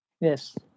Yes